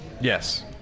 Yes